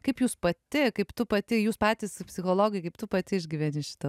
kaip jūs pati kaip tu pati jūs patys psichologai kaip tu pati išgyveni šitą